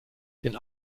den